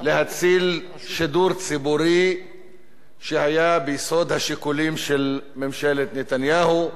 להציל שידור ציבורי שהיו ביסוד השיקולים של ממשלת נתניהו,